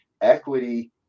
equity